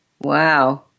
Wow